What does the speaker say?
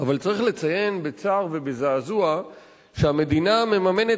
אבל צריך לציין בצער ובזעזוע שהמדינה מממנת